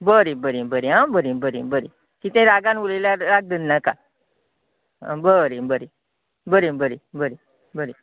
बरें बरें बरें आं बरें बरें बरें कितें रागान उलयल्यार राग धर नाका आं बरें बरें बरें बरें बरें